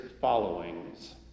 followings